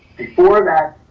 before that,